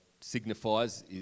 signifies